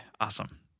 Awesome